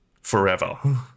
forever